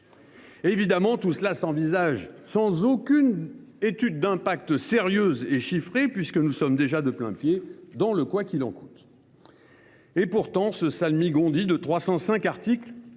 Évidemment, tout cela s’envisage sans aucune étude d’impact sérieuse et chiffrée, puisque nous sommes déjà entrés de plain pied dans le « quoi qu’il en coûte ». Pourtant, ce salmigondis de 305 articles